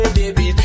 baby